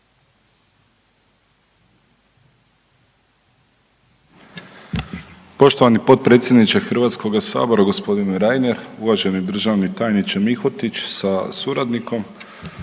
poštovani potpredsjedniče Hrvatskoga sabora. Poštovani državni tajniče Vidiš sa suradnikom,